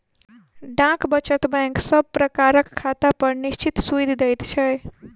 डाक वचत बैंक सब प्रकारक खातापर निश्चित सूइद दैत छै